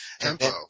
Tempo